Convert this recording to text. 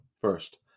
First